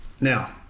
Now